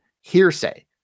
hearsay